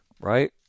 right